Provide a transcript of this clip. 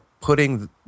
putting